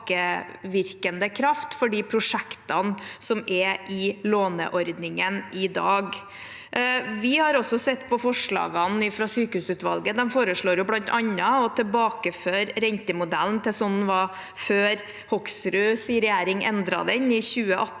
tilbakevirkende kraft for de prosjektene som er i låneordningen i dag. Vi har også sett på forslagene fra sykehusutvalget. De foreslår bl.a. å tilbakeføre rentemodellen til slik den var før Hoksruds regjering endret den i 2018,